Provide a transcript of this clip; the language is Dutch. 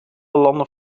landen